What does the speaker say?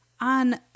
on